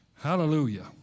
Hallelujah